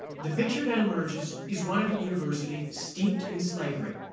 the picture that emerges is one of a university steeped in slavery.